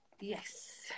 Yes